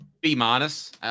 B-minus